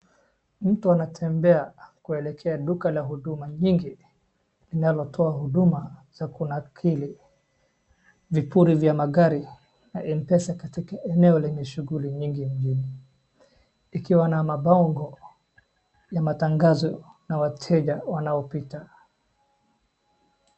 Mtu anatembea kuelekea duka la huduma nyingi linalo toa huduma za kunakiri vipuri vya magari na m-pesa katika eneo lenye shughuli nyingi mjini ikiwa na mabango ya matangazo na wateja wanaopita.